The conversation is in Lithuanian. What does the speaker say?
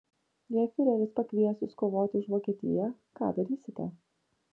jei fiureris pakvies jus kovoti už vokietiją ką darysite